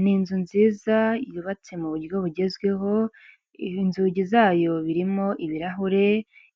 Ni inzu nziza yubatse mu buryo bugezweho, inzugi zayo birimo ibirahure,